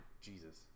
Jesus